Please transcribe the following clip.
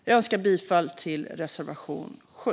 Jag yrkar bifall till reservation 7.